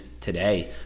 today